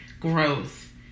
Growth